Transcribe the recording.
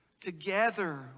Together